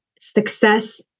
success